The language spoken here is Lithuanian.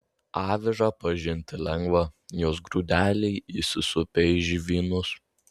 avižą pažinti lengva jos grūdeliai įsisupę į žvynus